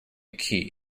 key